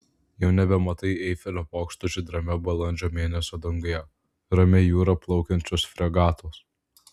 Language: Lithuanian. jau nebematai eifelio bokšto žydrame balandžio mėnesio danguje ramia jūra plaukiančios fregatos